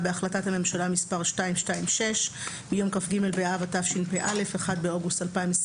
בהחלטת הממשלה מס' 226 מיום כ"ג באב התשפ"א (1 באוגוסט 2021)